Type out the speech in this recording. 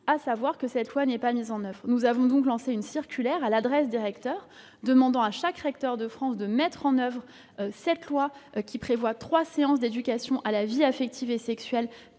à savoir que cette loi n'est pas mise en oeuvre. Nous avons donc lancé une circulaire à l'adresse des recteurs, demandant à chacun de faire appliquer cette loi, qui prévoit trois séances d'éducation à la vie affective et sexuelle